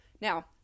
Now